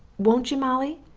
won't you, molly?